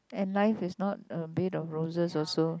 and life is not a bit of roses also